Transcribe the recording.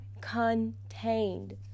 contained